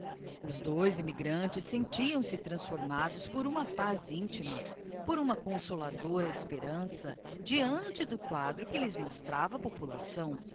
os dois immigrantes sentiam-se transformados por uma paz intima por uma consoladora esperança deante do quadro que jhes mostrava a população